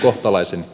kohtalaisen